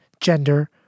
gender